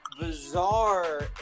bizarre